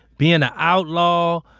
being an outlaw,